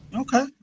Okay